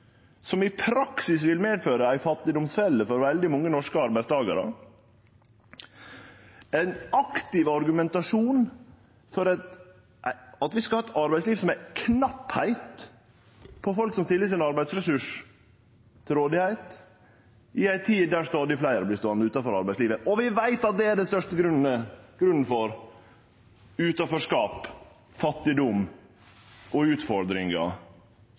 i praksis medføre ei fattigdomsfelle for veldig mange norske arbeidstakarar. Det er ein aktiv argumentasjon for at vi skal ha eit arbeidsliv som har knappheit på folk som stiller sin arbeidsressurs til rådigheit, i ei tid der stadig fleire vert ståande utanfor arbeidslivet, og vi veit at det er den største grunnen til utanforskap, fattigdom og utfordringar